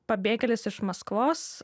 pabėgėlis iš maskvos